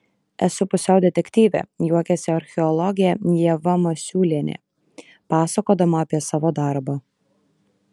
esu pusiau detektyvė juokiasi archeologė ieva masiulienė pasakodama apie savo darbą